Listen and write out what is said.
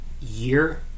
year